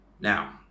Now